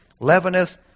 leaveneth